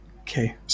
Okay